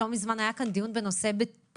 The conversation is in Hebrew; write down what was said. לא מזמן היה כאן דיון בנושא פוריות,